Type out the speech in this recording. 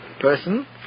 person